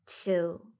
two